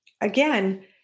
again